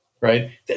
right